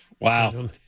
Wow